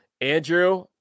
Andrew